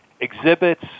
exhibits